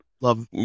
love